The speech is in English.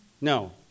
No